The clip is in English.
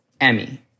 Emmy